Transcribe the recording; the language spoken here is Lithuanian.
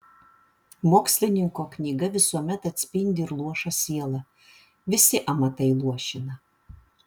mokslininko knyga visuomet atspindi ir luošą sielą visi amatai luošina